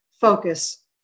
focus